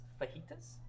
fajitas